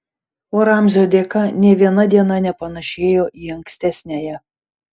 o ramzio dėka nė viena diena nepanašėjo į ankstesniąją